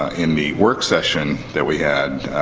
in the work session that we had